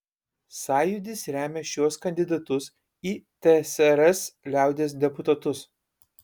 sąjūdis remia šiuos kandidatus į tsrs liaudies deputatus